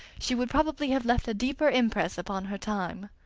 she would probably have left a deeper impress upon her time.